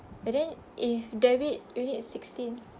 and then if debit you need sixteen